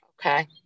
Okay